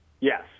Yes